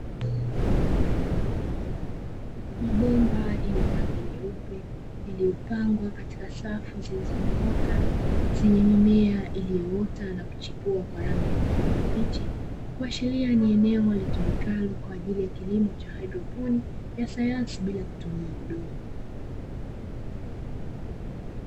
Mabomba yenye rangi nyeupe yaliyopangwa katika safu zilizonyooka zenye mimeo iliyoota na kuchipua kwa rangi ya kijani kibichi, kuashiria ni eneo litumikalo kwa ajili ya kilimo cha hydroponi ya sayansi bila kutumia udongo.